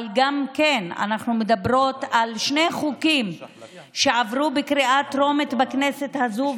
אבל אנחנו גם מדברות על שני חוקים שעברו בקריאה טרומית בכנסת הזאת,